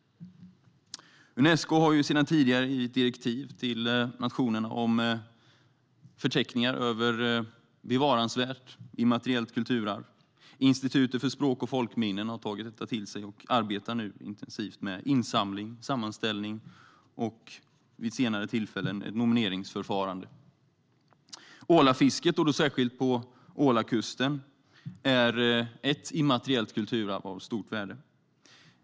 Unesco har ju sedan tidigare givit direktiv till nationen om förteckningar över bevarandevärt, immateriellt kulturarv. Institutet för språk och folkminnen har tagit detta till sig och arbetar nu intensivt med insamling och sammanställning, och vid ett senare tillfälle kommer ett nomineringsförfarande. Ålfisket, särskilt på Ålakusten, är ett immateriellt kulturarv av stort värde.